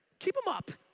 keep em up.